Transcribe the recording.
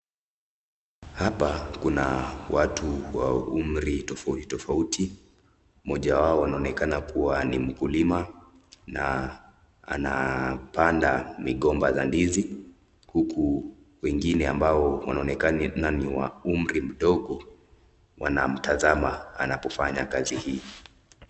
Hapa Kuna watu ambao wako na umru tafauti tafauti moja Yao anaonekana kuwa ni mkulima na anapanda mikomba za ndizi huku wangine ambao kuwa na umru mdogo wanatasama anakofanya kazi hii.